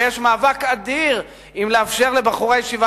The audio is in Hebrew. ויש מאבק אדיר אם לאפשר לבחורי ישיבה